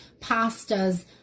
pastas